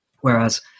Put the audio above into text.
whereas